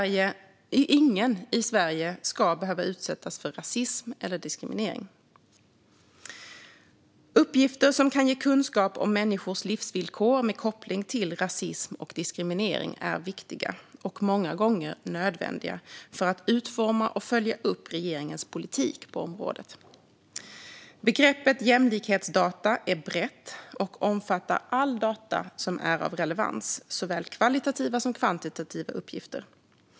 Ingen i Sverige ska behöva utsättas för rasism eller diskriminering. Uppgifter som kan ge kunskap om människors livsvillkor med koppling till rasism och diskriminering är viktiga, och många gånger nödvändiga, för att utforma och följa upp regeringens politik på området. Begreppet jämlikhetsdata är brett och omfattar alla data som är av relevans, såväl kvalitativa som kvantitativa uppgifter.